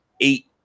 eight